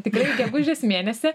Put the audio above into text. tikrai gegužės mėnesį